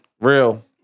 Real